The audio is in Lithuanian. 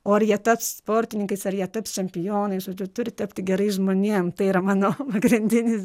o ar jie taps sportininkais ar jie taps čempionais žodžiu turi tapti gerais žmonėm tai yra mano pagrindinis